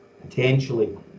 potentially